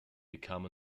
become